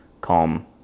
calm